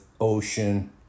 ocean